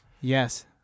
yes